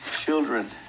children